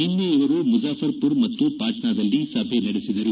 ನಿನ್ನೆ ಇವರು ಮುಜಾಫರ್ಪುರ್ ಮತ್ತು ಪಾಟ್ನಾದಲ್ಲಿ ಸಭೆ ನಡೆಸಿದರು